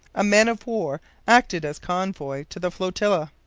a man-of-war acted as convoy to the flotilla.